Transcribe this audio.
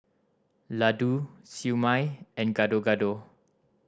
laddu Siew Mai and Gado Gado